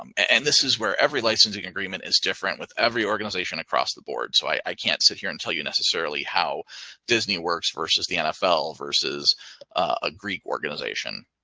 um and this is where every licensing agreement is different with every organization across the board. so i i can't sit here and tell you necessarily how disney works versus the nfl versus a greek organization,